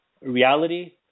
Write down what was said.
reality